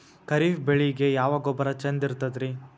ಖರೀಪ್ ಬೇಳಿಗೆ ಯಾವ ಗೊಬ್ಬರ ಚಂದ್ ಇರತದ್ರಿ?